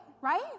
right